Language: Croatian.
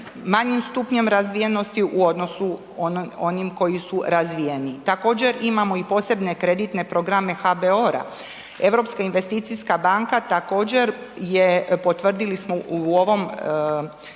manjim stupnjem razvijenosti u odnosu onim koji su razvijeniji. Također imamo i posebne kreditne programe HBOR-a, Europska investicijska banka također je, potvrdili smo u ovom